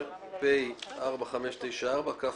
10), פ/4594/20 כ/815.